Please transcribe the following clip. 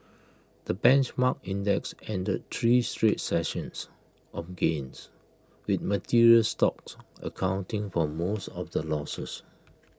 the benchmark index ended three straight sessions of gains with materials stocks accounting for most of the losses